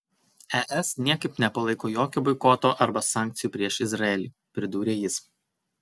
es niekaip nepalaiko jokio boikoto arba sankcijų prieš izraelį pridūrė jis